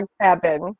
Cabin